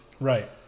Right